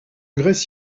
grèce